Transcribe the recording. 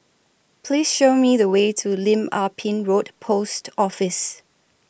Please Show Me The Way to Lim Ah Pin Road Post Office